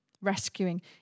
Rescuing